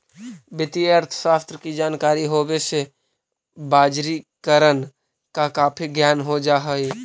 वित्तीय अर्थशास्त्र की जानकारी होवे से बजारिकरण का काफी ज्ञान हो जा हई